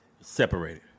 Separated